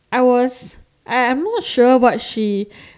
I was I I'm not sure what she